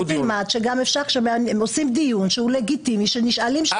תלמד שעושים דיון שהוא לגיטימי ונשאלות שאלות.